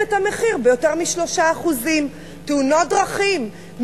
את המחירים ביותר מ-3%; תאונות דרכים,